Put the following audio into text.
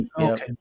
Okay